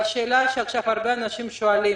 אבל שאלה שעכשיו הרבה אנשים שואלים: